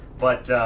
but